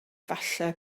falle